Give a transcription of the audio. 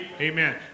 Amen